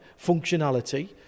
functionality